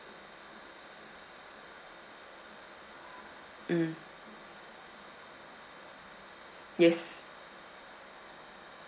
mm yes